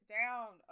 down